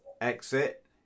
exit